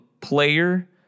player